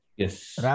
Yes